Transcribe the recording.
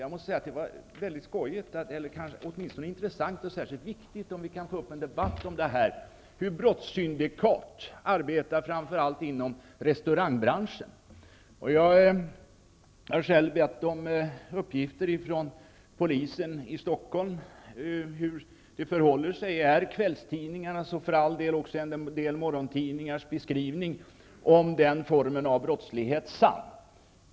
Jag måste säga att det var intressant att höra Berith Eriksson tala om detta, och det vore bra om vi kunde få till stånd en debatt om hur brottssyndikat arbetar, framför allt inom restaurangbranschen. Jag har själv bett om uppgifter från polisen i Stockholm om hur det förhåller sig, om kvällstidningarnas -- och för all del också en del morgontidningars -- beskrivning av den formen av brottslighet är sann.